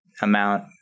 amount